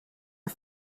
are